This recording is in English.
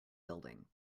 building